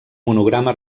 monograma